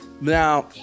Now